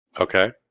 Okay